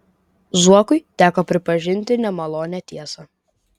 zuokui teko pripažinti nemalonią tiesą